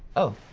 oh,